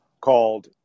called